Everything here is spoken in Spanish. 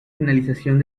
finalización